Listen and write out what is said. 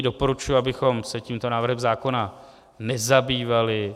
Doporučuji, abychom se tímto návrhem zákona nezabývali.